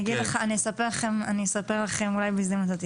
אני אספר לכם בהזדמנות זו.